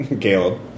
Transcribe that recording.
Caleb